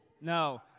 No